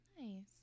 Nice